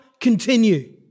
continue